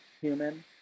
human